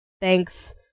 Thanks